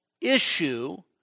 issue